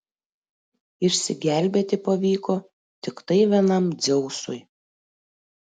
išsigelbėti pavyko tiktai vienam dzeusui